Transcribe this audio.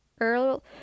Earl